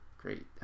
great